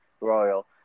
Royal